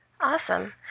Awesome